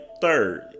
third